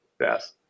Yes